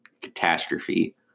catastrophe